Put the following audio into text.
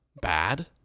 bad